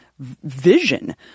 vision